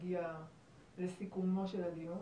נגיע לסיכומו של הדיון.